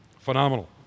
Phenomenal